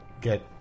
Get